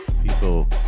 people